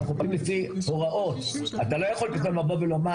אנחנו עובדים לפי הוראות אתה לא יכול פתאום לבוא ולומר